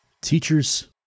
Teachers